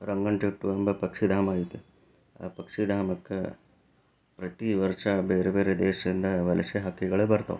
ರಂಗನತಿಟ್ಟು ಎಂಬ ಪಕ್ಷಿಧಾಮ ಐತಿ ಆ ಪಕ್ಷಿಧಾಮಕ್ಕೆ ಪ್ರತಿ ವರ್ಷ ಬೇರೆ ಬೇರೆ ದೇಶದಿಂದ ವಲಸೆ ಹಕ್ಕಿಗಳು ಬರ್ತಾವು